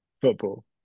football